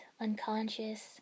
unconscious